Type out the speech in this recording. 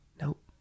nope